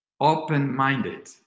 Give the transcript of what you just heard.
open-minded